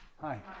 Hi